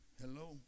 Hello